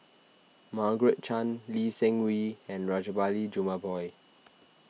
Margaret Chan Lee Seng Wee and Rajabali Jumabhoy